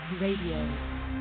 Radio